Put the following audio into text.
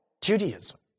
Judaism